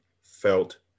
felt